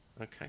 okay